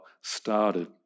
started